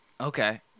Okay